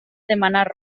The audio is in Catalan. demanar